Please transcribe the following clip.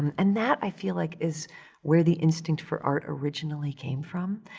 and that, i feel like, is where the instinct for art originally came from.